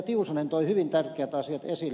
tiusanen toi hyvin tärkeät asiat esille